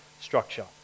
structure